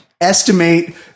estimate